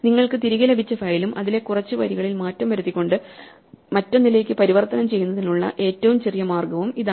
നിങ്ങൾക്ക് തിരികെ ലഭിച്ച ഫയലും അതിലെ കുറച്ച് വരികളിൽ മാറ്റം വരുത്തിക്കൊണ്ട് മറ്റൊന്നിലേക്ക് പരിവർത്തനം ചെയ്യുന്നതിനുള്ള ഏറ്റവും ചെറിയ മാർഗ്ഗവും ഇതാണ്